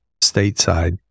stateside